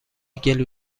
گلو